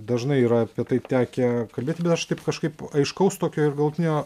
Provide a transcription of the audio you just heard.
dažnai yra apie tai tekę kalbėti bet aš taip kažkaip aiškaus tokio ir galutinio